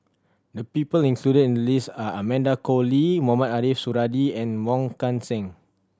the people included in the list are Amanda Koe Lee Mohamed Ariff Suradi and Wong Kan Seng